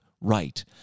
right